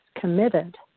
committed